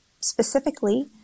specifically